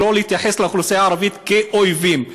ולא להתייחס לאוכלוסייה הערבית כאויבים.